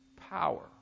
power